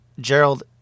Gerald